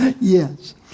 Yes